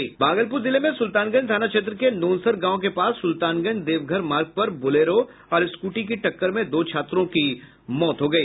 भागलपुर जिले में सुलतानगंज थाना क्षेत्र के नोनसर गांव के पास सुलतानगंज देवघर मार्ग पर बोलेरो और स्कूटी की टक्कर में दो छात्रों की मौत हो गई